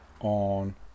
on